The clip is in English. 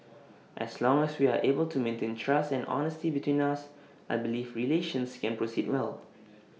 as long as we are able to maintain trust and honesty between us I believe relations can proceed well